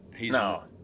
No